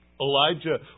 Elijah